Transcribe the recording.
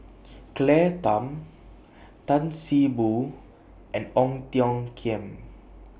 Claire Tham Tan See Boo and Ong Tiong Khiam